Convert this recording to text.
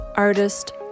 Artist